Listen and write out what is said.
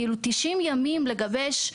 כאילו, 90 ימים לגבש.